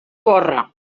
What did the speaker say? córrer